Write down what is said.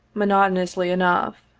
monotonously enough.